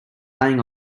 laying